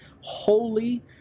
holy